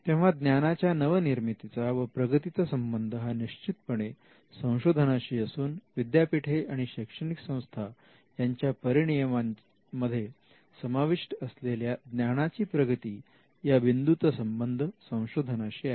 तेव्हा ज्ञानाच्या नवनिर्मितीचा व प्रगतीचा संबंध हा निश्चितपणे संशोधनाशी असून विद्यापीठे आणि शैक्षणिक संस्था यांच्या परीनियमांमध्ये समाविष्ट असलेल्या ज्ञानाची प्रगती या बिंदूचा संबंध संशोधनाशी आहे